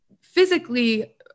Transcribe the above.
physically